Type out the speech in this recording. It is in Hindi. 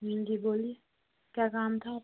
हाँ जी बोलिए क्या काम था आपको